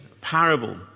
parable